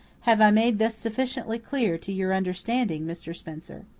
have i made this sufficiently clear to your understanding, mr. spencer?